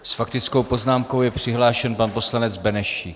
S faktickou poznámkou je přihlášen pan poslanec Benešík.